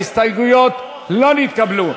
ההסתייגויות לא נתקבלו.